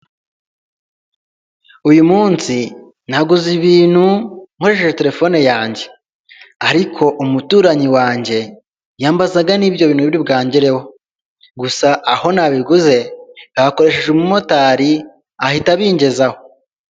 Uyu munsi naguze ibintu nkoresheje telefone yanjye, ariko umuturanyi wanjye yambazaga n'ibyo biri bwangereho, gusa aho nabiguze nakoresheje umumotari ahita abingezaho.